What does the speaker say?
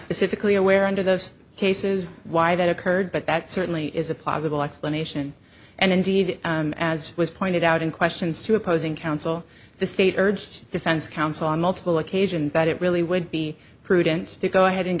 specifically aware under those cases why that occurred but that certainly is a plausible explanation and indeed as was pointed out in questions to opposing counsel the state urged defense counsel on multiple occasions that it really would be prudent to go ahead and